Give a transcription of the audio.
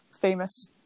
famous